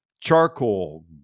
charcoal